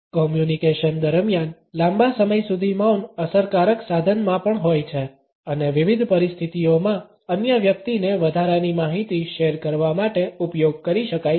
communication દરમિયાન લાંબા સમય સુધી મૌન અસરકારક સાધનમાં પણ હોય છે અને વિવિધ પરિસ્થિતિઓમાં અન્ય વ્યક્તિને વધારાની માહિતી શેર કરવા માટે ઉપયોગ કરી શકાય છે